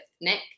Nick